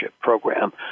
program